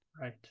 Right